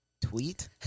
Tweet